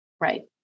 Right